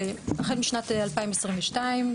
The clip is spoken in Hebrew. החל משנת 2022,